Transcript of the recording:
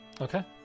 Okay